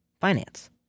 finance